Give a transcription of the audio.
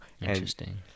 interesting